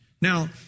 Now